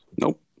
Nope